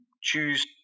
choose